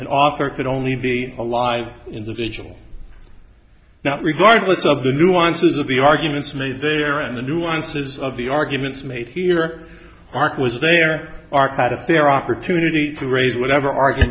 an author could only be alive individual now regardless of the nuances of the arguments made there and the nuances of the arguments made here mark was there are quite a fair opportunity to raise whatever argu